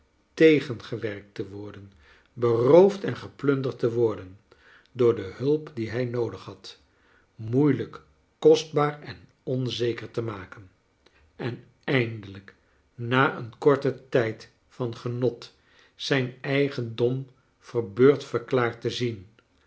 tegengewerkt te worden beroofd en geplunderd te worden doorde hulp die hij noodig had moeihjk kostbaar en onzeker te maken en eindelijk na een korten tijd van genot zijn eigendom verbeurd verklaard te zien